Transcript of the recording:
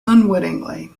unwittingly